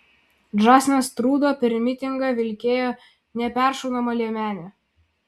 džastinas trudo per mitingą vilkėjo neperšaunamą liemenę